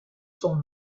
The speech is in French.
sont